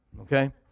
Okay